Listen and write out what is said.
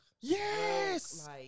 Yes